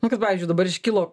nu kad pavyzdžiui dabar iškilo